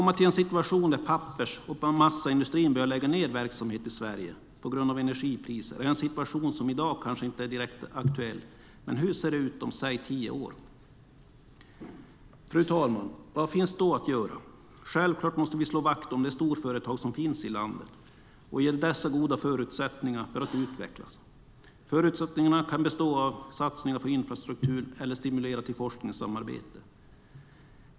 Att pappers och massaindustrin skulle börja lägga ned verksamhet i Sverige på grund av energipriserna är en situation som i dag kanske inte direkt är aktuell, men hur ser det ut om säg tio år? Fru talman! Vad finns då att göra? Självklart måste vi slå vakt om de storföretag som finns i landet och ge dessa goda förutsättningar för att utvecklas. Förutsättningarna kan bestå av satsningar på infrastruktur eller stimulans till forskningssamarbete.